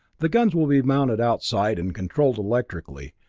the guns will be mounted outside, and controlled electrically,